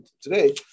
today